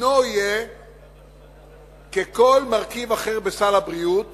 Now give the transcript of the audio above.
דינו יהיה ככל מרכיב אחר בסל הבריאות